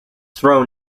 thrown